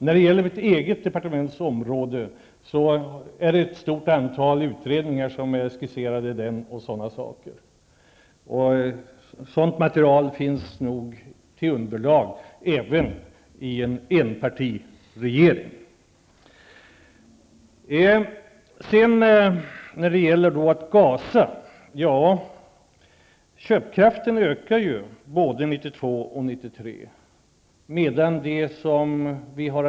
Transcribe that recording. När det gäller mitt eget departement finns det t.ex. ett stort antal utredningar skisserade. Sådant material finns nog som underlag även i en enpartiregering. När det gäller att gasa: Ja, köpkraften ökar både 1992 och 1993.